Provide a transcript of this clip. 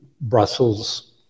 Brussels